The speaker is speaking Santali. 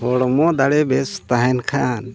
ᱦᱚᱲᱢᱚ ᱫᱟᱲᱮ ᱵᱮᱥ ᱛᱟᱦᱮᱱ ᱠᱷᱟᱱ